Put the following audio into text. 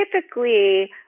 typically